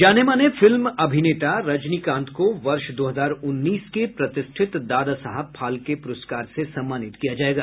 जाने माने फिल्म अभिनेता रजनीकांत को वर्ष दो हजार उन्नीस के प्रतिष्ठित दादासाहेब फाल्के पुरस्कार से सम्मानित किया जाएगा